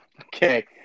Okay